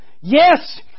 Yes